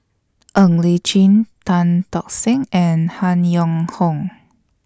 Ng Li Chin Tan Tock Seng and Han Yong Hong